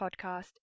podcast